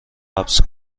حبس